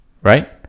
right